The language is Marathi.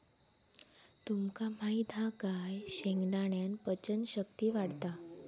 तुमका माहित हा काय शेंगदाण्यान पचन शक्ती वाढता